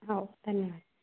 हो धन्यवाद